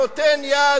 נותן יד,